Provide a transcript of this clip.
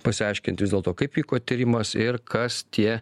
pasiaiškint vis dėl to kaip vyko tyrimas ir kas tie